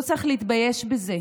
לא צריך להתבייש בזה.